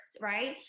right